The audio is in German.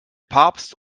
papst